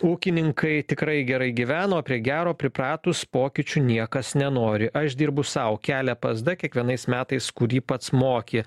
ūkininkai tikrai gerai gyveno prie gero pripratus pokyčių niekas nenori aš dirbu sau kelia psd kiekvienais metais kurį pats moki